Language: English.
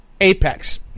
Apex